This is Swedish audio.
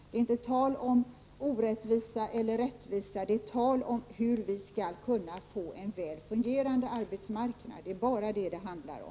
Det är inte tal om orättvisa eller rättvisa. Det gäller hur vi skall få en väl fungerande arbetsmarknad. Det är bara det som det handlar om.